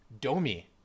Domi